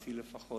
אתי לפחות,